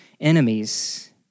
enemies